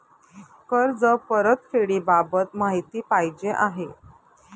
कर्ज परतफेडीबाबत माहिती पाहिजे आहे